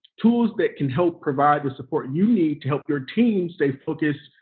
tools that can help provide the support you need to help your team stay focused,